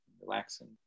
relaxing